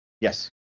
yes